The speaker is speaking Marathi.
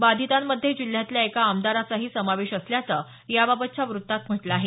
बाधितांमध्ये जिल्ह्यातल्या एका आमदाराचाही समावेश असल्याचं याबातच्या वृत्तात म्हटलं आहे